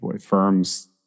firms